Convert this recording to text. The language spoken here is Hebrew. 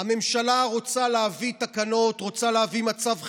הממשלה רוצה להביא תקנות, רוצה להביא מצב חירום,